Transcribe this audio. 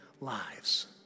lives